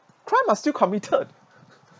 crime must still committed